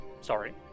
sorry